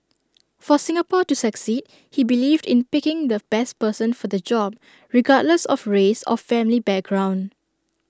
for Singapore to succeed he believed in picking the best person for the job regardless of race or family background